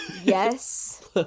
Yes